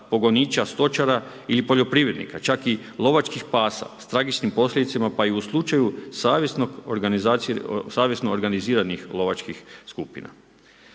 pogoniča, stočara i poljoprivrednika. Čak i lovačka pasa s tragačkim posljedicama, pa i u slučaju savjesnog organiziranih lovačkih skupina.